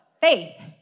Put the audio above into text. faith